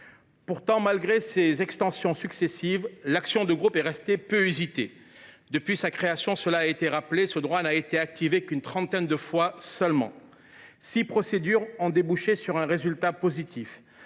Pourtant, malgré ces extensions successives, l’action de groupe est restée peu usitée. Depuis sa création, cela a été rappelé, ce droit n’a été activé qu’une trentaine de fois seulement. Six procédures ont débouché sur un résultat positif